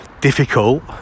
difficult